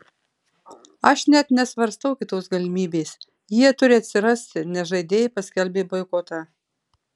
aš net nesvarstau kitos galimybės jie turi atsirasti nes žaidėjai paskelbė boikotą